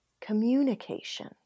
communication